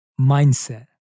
mindset